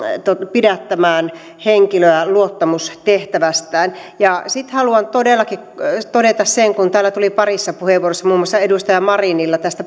pidättämään henkilöä luottamustehtävästään sitten haluan todellakin todeta sen kun täällä tuli parissa puheenvuorossa muun muassa edustaja marinilla tästä